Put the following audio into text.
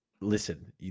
listen